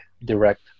Direct